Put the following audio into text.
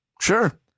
Sure